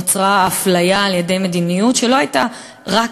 לדעה שנוצרה אפליה על-ידי מדיניות שלא הייתה רק